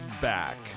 back